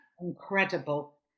incredible